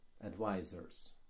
advisors